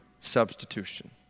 substitution